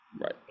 right